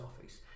office